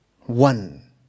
one